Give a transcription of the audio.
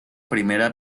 primera